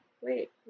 wait